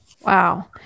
Wow